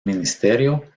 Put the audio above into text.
ministerio